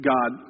God